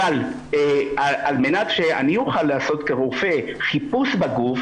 אבל על מנת שאני אוכל לעשות כרופא חיפוש בגוף,